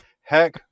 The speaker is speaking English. heck